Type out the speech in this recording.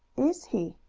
is he?